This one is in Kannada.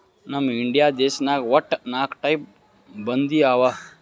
ನಮ್ ಇಂಡಿಯಾ ದೇಶನಾಗ್ ವಟ್ಟ ನಾಕ್ ಟೈಪ್ ಬಂದಿ ಅವಾ